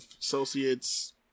associates